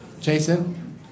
Jason